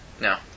No